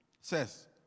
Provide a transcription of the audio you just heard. says